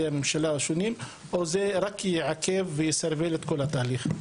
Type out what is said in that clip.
הממשלה השונים או שזה רק יעכב ויסרבל את כל התהליך?